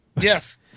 Yes